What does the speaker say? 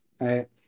right